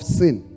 sin